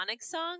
song